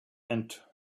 and